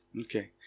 Okay